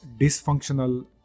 dysfunctional